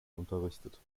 unterrichtet